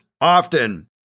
often